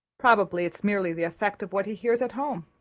probably it's merely the effect of what he hears at home.